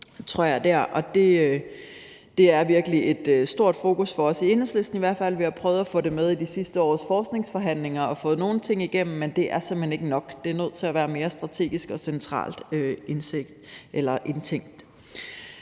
virkelig et stort fokusområde for os i Enhedslisten i hvert fald, og vi har prøvet at få det med i de sidste års forskningsforhandlinger og fået nogle ting igennem, men det er simpelt hen ikke nok. Det er nødt til at være mere strategisk og centralt indtænkt.